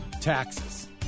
Taxes